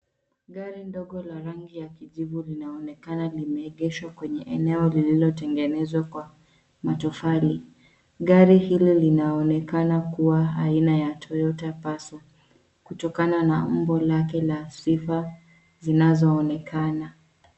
Gari ndogo la rangi ya kijivu linaonekana limeegeshwa kwenye eneo lililotengenezwa kwa matofali. Gari hili linaonekana kuwa aina ya Toyota Passo kutokana na umbo lake la sifa zinazoonekana.